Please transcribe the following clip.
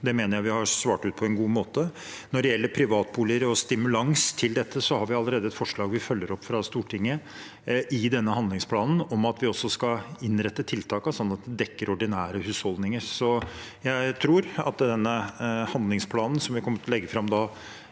Det mener jeg vi har svart ut på en god måte. Når det gjelder privatboliger og stimulans til dette, har vi allerede et forslag vi følger opp fra Stortinget i denne handlingsplanen om at vi også skal innrette tiltakene slik at de dekker ordinære husholdninger. Jeg tror at denne handlingsplanen, som vi kommer til å legge fram i